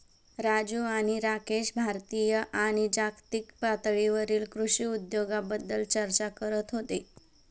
राजू आणि राकेश भारतीय आणि जागतिक पातळीवरील कृषी उद्योगाबद्दल चर्चा करत होते